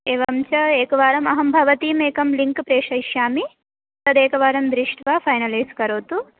एवं च एकवारमहं भवतीमेकं लिङ्क् प्रेषयिष्यामि तदेकवारं दृष्टा फ़ैनलैस् करोतु